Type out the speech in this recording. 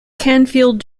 canfield